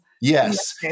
Yes